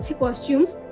costumes